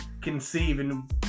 conceiving